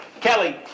Kelly